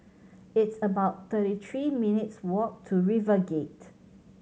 it's about thirty three minutes' walk to RiverGate